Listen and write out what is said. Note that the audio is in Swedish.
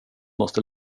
måste